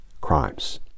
crimes